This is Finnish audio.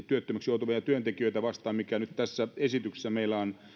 työttömäksi joutuvia työntekijöitä vastaan mikä nyt tässä esityksessä meillä on